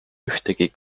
ühtegi